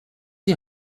die